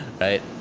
Right